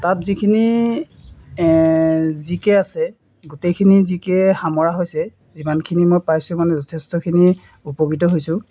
তাত যিখিনি G K আছে গোটেইখিনি জি কে সামৰা হৈছে যিমানখিনি মই পাইছোঁ মানে যথেষ্টখিনি উপকৃত হৈছোঁ